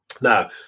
Now